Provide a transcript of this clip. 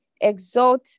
Exalt